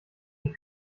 die